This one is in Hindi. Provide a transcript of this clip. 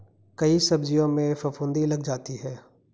कई सब्जियों में फफूंदी लग जाता है